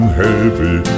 heavy